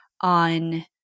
on